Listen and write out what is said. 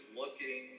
looking